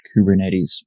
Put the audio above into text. Kubernetes